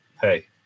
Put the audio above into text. hey